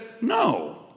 no